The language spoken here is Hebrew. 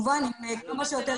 כמובן עם כמה שיותר